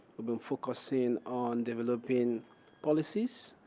but focusing on developing policies,